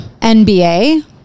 NBA